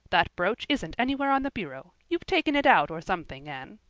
that brooch isn't anywhere on the bureau. you've taken it out or something, anne.